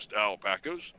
alpacas